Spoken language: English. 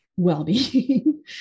well-being